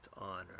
honor